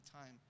time